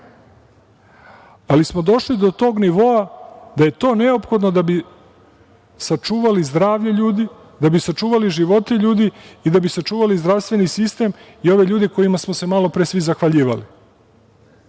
ali smo došli do tog nivoa da je to neophodno da bi sačuvali zdravlje ljudi, da bi sačuvali živote ljudi i da bi sačuvali zdravstveni sistem i ove ljude kojima smo se malopre svi zahvaljivali. Ljudi,